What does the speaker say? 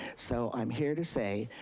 so i'm here to say,